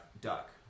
duck